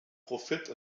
profit